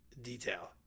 detail